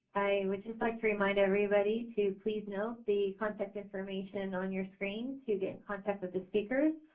i would just like to remind everybody to please note the contact information on your screens to get in contact with the speakers.